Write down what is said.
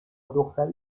دختری